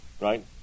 Right